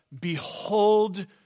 Behold